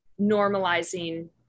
normalizing